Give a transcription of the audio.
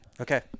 Okay